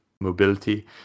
mobility